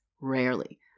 Rarely